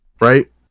right